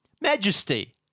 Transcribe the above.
majesty